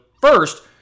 first